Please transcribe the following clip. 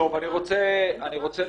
אני רוצה לסכם.